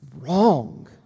wrong